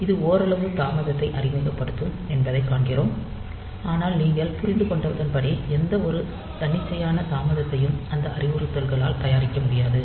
இது ஓரளவு தாமதத்தை அறிமுகப்படுத்தும் என்பதைக் காண்கிறோம் ஆனால் நீங்கள் புரிந்து கொண்டதன்படி எந்தவொரு தன்னிச்சையான தாமதத்தையும் அந்த அறிவுறுத்தல்களால் தயாரிக்க முடியாது